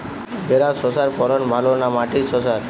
ভেরার শশার ফলন ভালো না মাটির শশার?